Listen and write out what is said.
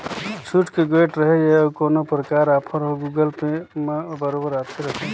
छुट के गोयठ रहें या अउ कोनो परकार आफर हो गुगल पे म बरोबर आते रथे